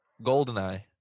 GoldenEye